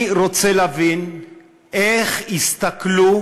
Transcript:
אני רוצה להבין איך יסתכלו